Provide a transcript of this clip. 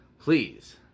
Please